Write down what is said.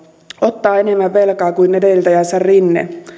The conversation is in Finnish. ottaa enemmän velkaa kuin edeltäjänsä rinne